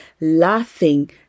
laughing